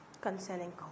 concerning